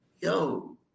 yo